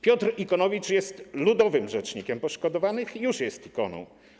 Piotr Ikonowicz jest ludowym rzecznikiem poszkodowanych i już jest ikoną.